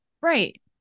Right